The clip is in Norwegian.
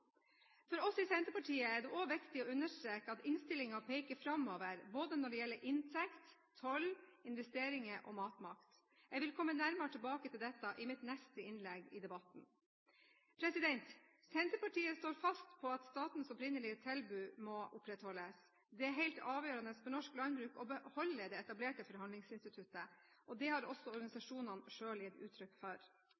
For oss i Senterpartiet er det også viktig å understreke at innstillingen peker framover når det gjelder både inntekt, toll, investeringer og matmakt. Jeg vil komme nærmere tilbake til dette i mitt neste innlegg i debatten. Senterpartiet står fast på at statens opprinnelige tilbud må opprettholdes. Det er helt avgjørende for norsk landbruk å beholde det etablerte forhandlingsinstituttet. Det har også